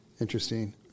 Interesting